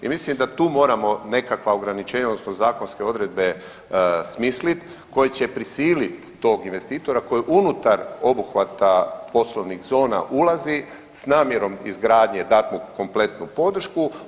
I mislim da tu moramo nekakva ograničenja odnosno zakonske odredbe smislit koje će prisilit tog investitora koji unutar obuhvata poslovnih zona ulazi s namjerom izgradnje, dat mu kompletnu podršku.